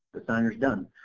the signers done,